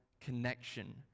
connection